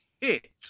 hit